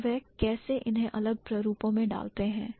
और वह कैसे इन्हें अलग प्रारूपों में डालते हैं